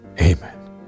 amen